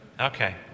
Okay